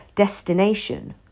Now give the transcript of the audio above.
destination